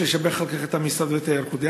יש לשבח על כך את המשרד ואת ההיערכות.